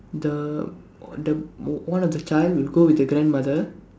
the the one of the child will go with the grandmother